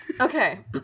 Okay